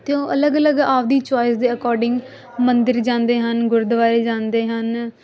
ਅਤੇ ਉਹ ਅਲੱਗ ਅਲੱਗ ਆਪਦੀ ਚੋਇਸ ਦੇ ਅਕੋਰਡਿੰਗ ਮੰਦਰ ਜਾਂਦੇ ਹਨ ਗੁਰਦੁਆਰੇ ਜਾਂਦੇ ਹਨ